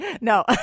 no